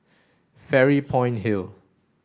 Fairy Point Hill